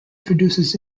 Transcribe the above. produces